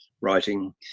writing